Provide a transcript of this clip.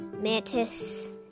mantis